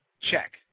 check